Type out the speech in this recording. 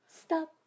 stop